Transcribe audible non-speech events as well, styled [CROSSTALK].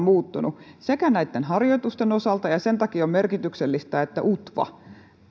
[UNINTELLIGIBLE] muuttunut myös näitten harjoitusten osalta sen takia on merkityksellistä että utva